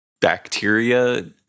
bacteria